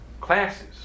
classes